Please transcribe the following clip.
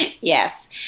yes